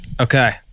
Okay